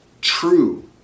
true